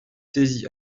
saisie